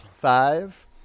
Five